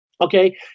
Okay